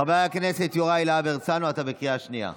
חבר הכנסת יוראי להב הרצנו, אתה בקריאה שנייה.